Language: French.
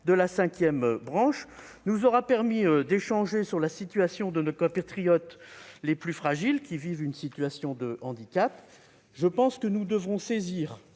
de la cinquième branche nous aura permis d'échanger sur la situation de nos compatriotes les plus fragiles qui vivent une situation de handicap. Je pense que nous devrons saisir